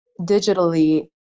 digitally